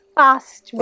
past